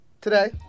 Today